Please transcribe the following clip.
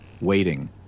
waiting